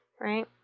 right